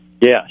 Yes